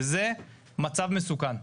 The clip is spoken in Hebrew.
וזה מצב מסוכן.